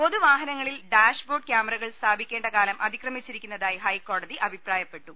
പൊതുവാഹനങ്ങളിൽ dashboard കാമറകൾ സ്ഥാപി ക്കേണ്ട കാലം അതിക്രമിച്ചിരിക്കുന്നതായി ഹൈക്കോടതി അഭി പ്രായപ്പെട്ടു